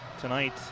tonight